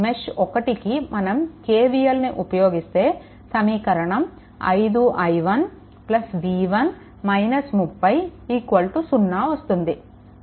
mesh 1 కి మనం KVLని ఉపయోగిస్తే సమీకరణం 5 i1 v1 30 0 వస్తుంది